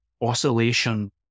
oscillation